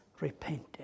repented